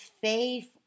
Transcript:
faith